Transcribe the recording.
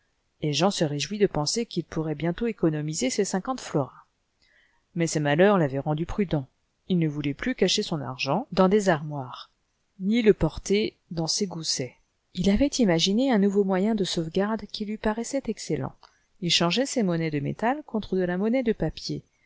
et jean se réjouit de penser qu'il pourraitbientôt économiser ses cinquante florins mais ses malheurs l'avaient rendu prudent il ne voulait plus cacher son argent dans des armoires ni le porter ians scs goussets il avait imagine un nouveau moyen de sauvegarde qui lui paraissait excellent il changeait ses monnaies de métal contre de la monnaie de papier